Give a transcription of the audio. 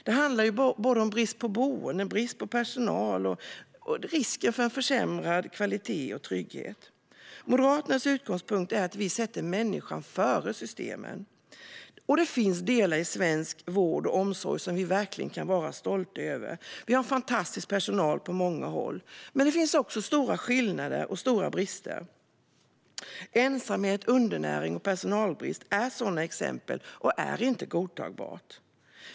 Det handlar om brist på boenden, brist på personal och risk för försämrad kvalitet och trygghet. Moderaternas utgångspunkt är att vi sätter människan före systemen. Det finns delar i svensk vård och omsorg som vi kan vara stolta över, och vi har fantastisk personal på många håll. Men det finns också stora skillnader och brister. Ensamhet, undernäring och personalbrist är sådana exempel och är inte godtagbart.